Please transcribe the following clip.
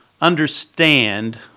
understand